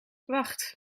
wacht